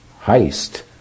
heist